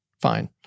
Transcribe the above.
fine